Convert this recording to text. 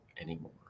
anymore